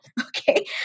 Okay